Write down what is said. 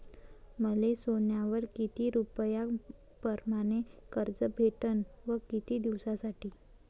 मले सोन्यावर किती रुपया परमाने कर्ज भेटन व किती दिसासाठी?